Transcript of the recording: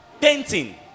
painting